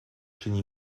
czyni